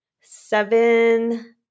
seven